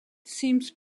seems